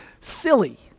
silly